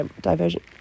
diversion